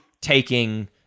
taking